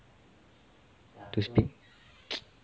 to speak